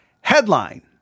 Headline